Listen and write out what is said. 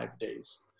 days